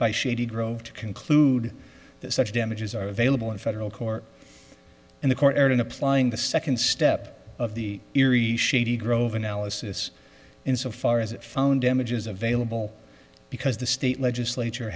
by shady grove to conclude that such damages are available in federal court and the court heard in applying the second step of the theory shady grove analysis insofar as it found damages available because the state legislature